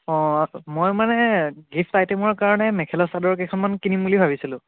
অঁ মই মানে গিফ্ট আইটেমৰ কাৰণে মেখেলা চাদৰ কেইখনমান কিনিম বুলি ভাৱিছিলোঁ